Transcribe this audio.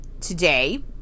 today